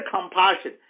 compassion